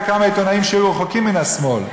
כמה עיתונאים שהיו רחוקים מן השמאל,